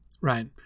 right